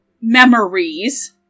Memories